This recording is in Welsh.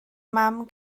mam